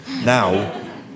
Now